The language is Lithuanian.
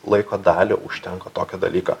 laiko dalį užtenka tokio dalyko